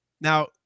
now